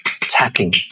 tapping